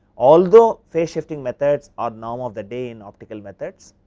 although phase shifting methods are norm of the day in optical methods,